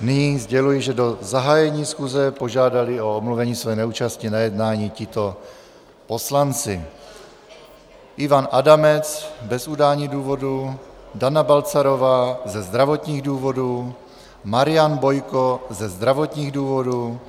Nyní sděluji, že do zahájení schůze požádali o omluvení své neúčasti na jednání tito poslanci: Ivan Adamec bez udání důvodu, Dana Balcarová ze zdravotních důvodů, Marian Bojko ze zdravotních důvodů,